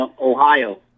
Ohio